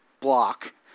block